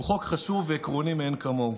הוא חוק חשוב ועקרוני מאין כמוהו.